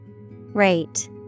Rate